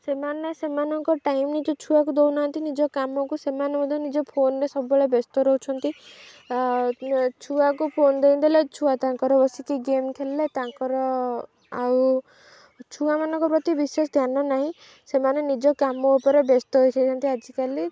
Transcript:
ସେମାନେ ସେମାନଙ୍କ ଟାଇମ୍ ନିଜ ଛୁଆକୁ ଦଉନାହାନ୍ତି ନିଜ କାମକୁ ସେମାନେ ମଧ୍ୟ ନିଜ ଫୋନ୍ରେ ସବୁବେଳେ ବ୍ୟସ୍ତ ରହୁଛନ୍ତି ଛୁଆକୁ ଫୋନ୍ ଦେଇଦେଲେ ଛୁଆ ତାଙ୍କର ବସିକି ଗେମ୍ ଖେଳିଲେ ତାଙ୍କର ଆଉ ଛୁଆମାନଙ୍କ ପ୍ରତି ବିଶେଷ ଧ୍ୟାନ ନାହିଁ ସେମାନେ ନିଜ କାମ ଉପରେ ବ୍ୟସ୍ତ ହୋଇଥାନ୍ତି ଆଜିକାଲି